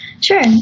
Sure